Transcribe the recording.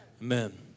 amen